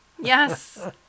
Yes